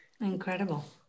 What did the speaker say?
Incredible